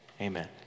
amen